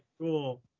cool